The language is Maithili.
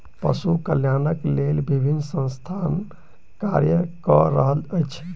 पशु कल्याणक लेल विभिन्न संस्थान कार्य क रहल अछि